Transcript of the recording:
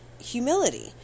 humility